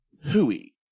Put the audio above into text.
hooey